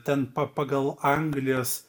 ten pa pagal anglijos